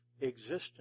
existence